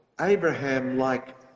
Abraham-like